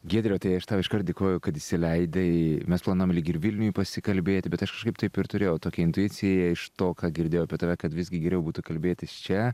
giedriau tai aš tau iškart dėkoju kad įsileidai mes planavom lyg ir vilniuj pasikalbėti bet aš kažkaip taip ir turėjau tokią intuiciją iš to ką girdėjau apie tave kad visgi geriau būtų kalbėtis čia